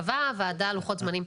קבעה הוועדה לוחות זמנים.